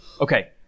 Okay